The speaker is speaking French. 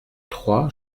trois